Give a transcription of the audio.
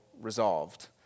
resolved